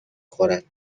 خورد